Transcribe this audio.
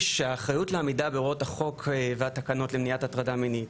שהאחריות לעמידה בהוראות החוק והתקנות למניעת הטרדה מינית